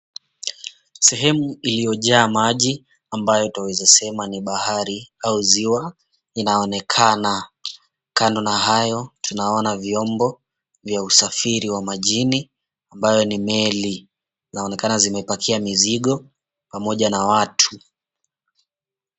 Sehemu iliyojaa maji ambayo twaweza sema ni bahari au ziwa inaonekana kando na hayo, kuna vyombo vya usafiri wa majini ambayo ni meli zinaonekana zimepakia mizigo pamoja na watu.